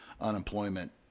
unemployment